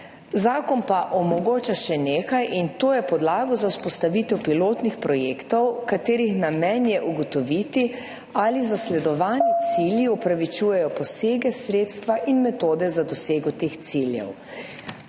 Zakon pa omogoča še nekaj, in to je podlago za vzpostavitev pilotnih projektov, katerih namen je ugotoviti ali zasledovani cilji upravičujejo posege, sredstva in metode za dosego teh ciljev.